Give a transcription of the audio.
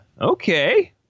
Okay